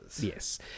Yes